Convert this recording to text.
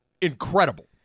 incredible